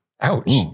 Ouch